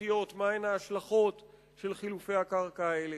וסביבתיות מה הן ההשלכות של חילופי הקרקע האלה.